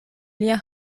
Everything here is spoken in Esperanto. lia